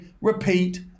repeat